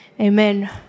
Amen